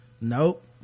Nope